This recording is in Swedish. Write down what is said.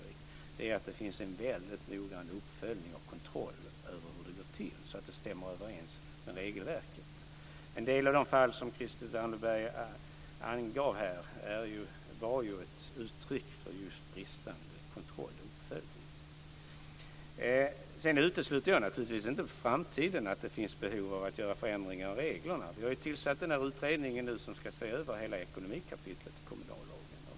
Det är viktigt att det finns en väldigt noggrann uppföljning och kontroll över hur det går till så att det stämmer överens med regelverket. En del av de fall som Christel Anderberg avgav var ett uttryck för bristande kontroll och uppföljning. Jag utesluter naturligtvis inte att det i framtiden finns behov av att göra förändringar av reglerna. Vi har tillsatt den här utredningen nu som ska se över hela ekonomikapitlet i kommunallagen.